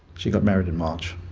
she got married in march.